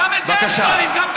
בבקשה.